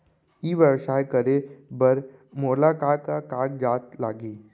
ई व्यवसाय करे बर मोला का का कागजात लागही?